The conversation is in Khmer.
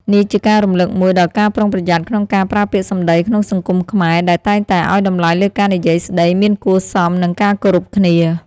នេះជាការរំលឹកមួយដល់ការប្រុងប្រយ័ត្នក្នុងការប្រើពាក្យសម្តីក្នុងសង្គមខ្មែរ ដែលតែងតែឱ្យតម្លៃលើការនិយាយស្ដីមានគួរសម និងការគោរពគ្នា។